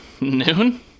Noon